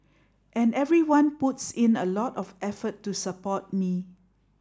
and everyone puts in a lot of effort to support me